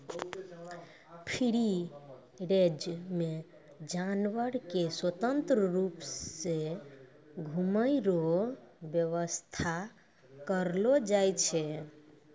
free range मे जानवर के स्वतंत्र रुप से घुमै रो व्याबस्था करलो जाय छै